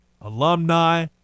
alumni